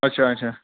اچھا اچھا